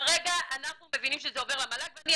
כרגע אנחנו מבינים שזה עובר למל"ג ואני,